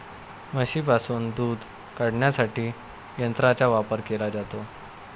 म्हशींपासून दूध काढण्यासाठी यंत्रांचा वापर केला जातो